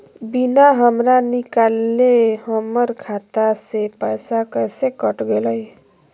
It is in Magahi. बिना हमरा निकालले, हमर खाता से पैसा कैसे कट गेलई?